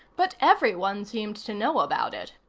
but everyone seemed to know about it.